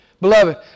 Beloved